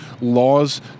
laws